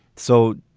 so.